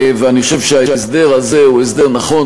ואני חושב שההסדר הזה הוא הסדר נכון,